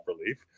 relief